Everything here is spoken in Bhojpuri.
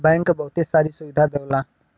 बैंक बहुते सारी सुविधा देवला